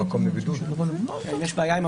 חבר הכנסת מקלב,